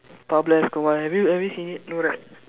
Pablo Escobar have you have you seen it no right